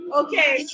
okay